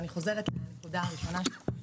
אני חוזרת לנקודה הראשונה שלך.